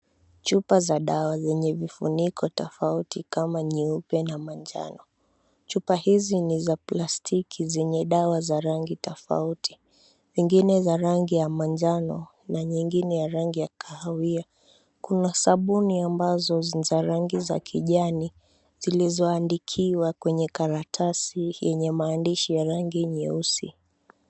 Chupa za dawa zenye vifuniko tofauti kama nyeupe na manjano. Chupa hizi ni za plastiki zenye dawa za rangi tofauti. Zingine za rangi ya manjano na nyingine ya rangi ya kahawia. Kuna sabuni ambazo ni za rangi za kijanizilizoandikiwa kwenye karatasi yenye maandishi ya rangi meusi.